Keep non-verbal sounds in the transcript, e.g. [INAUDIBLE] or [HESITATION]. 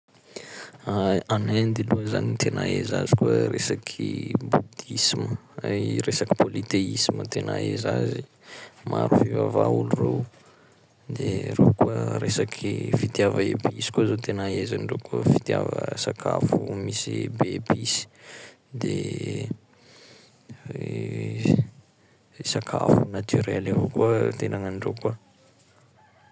[HESITATION] Any Inde aloha zany tena ahaiza azy koa resaky Bouddhisme, a- i resaky polythéisme tena ahaiza azy, maro fivavaha olo reo, de reo koa resaky fitiava episy koa zao tena ahaiza andreo koa fitiava sakafoo misy- be episy, de [HESITATION] sakafo naturel avao koa tena gn'andreo koa.